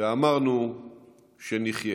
ואמרנו שנחיה".